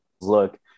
look